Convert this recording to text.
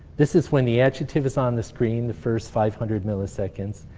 this is when the adjective is on the screen, the first five hundred milliseconds,